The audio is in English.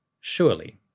Surely